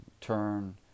turn